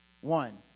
One